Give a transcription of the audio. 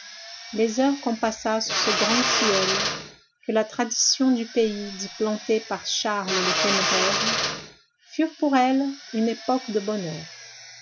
les heures qu'on passa sous ce grand tilleul que la tradition du pays dit planté par charles le téméraire furent pour elle une époque de bonheur